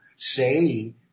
Say